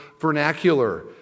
vernacular